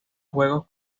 juegos